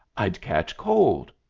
i'd catch cold.